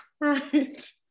Right